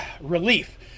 relief